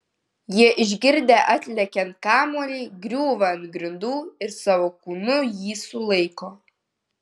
jie išgirdę atlekiant kamuolį griūvą ant grindų ir savo kūnu jį sulaiko